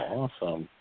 awesome